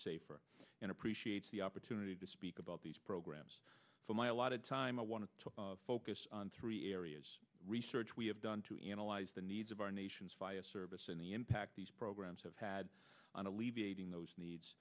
safer and appreciates the opportunity to speak about these programs for my allotted time i want to focus on three areas research we have done to analyze the needs of our nation's fire service and the impact these programs have had